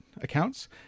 accounts